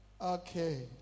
okay